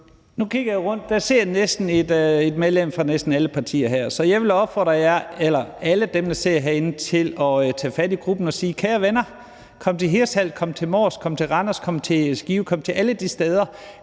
Nu kigger jeg rundt, og der sidder et medlem fra næsten alle partierne. Så jeg vil da opfordre alle dem, der sidder herinde, til at tage fat i gruppen og sige: Kære venner, kom til Hirtshals, kom til Mors, kom til Randers, kom til Skive, kom til alle de steder,